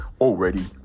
already